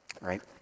right